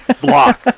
block